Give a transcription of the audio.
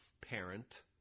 parent